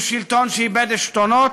הוא שלטון שאיבד עשתונות,